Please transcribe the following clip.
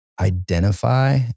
identify